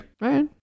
Right